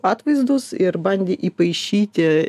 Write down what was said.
atvaizdus ir bandė įpaišyti